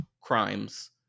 crimes